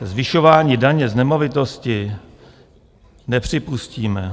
Zvyšování daně z nemovitosti nepřipustíme.